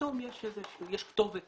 פתאום יש כתובת